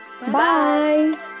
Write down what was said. Bye